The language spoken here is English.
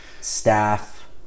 staff